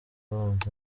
abanza